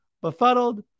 Befuddled